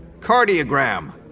Cardiogram